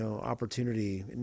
opportunity